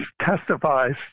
testifies